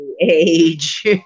age